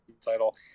title